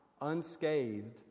unscathed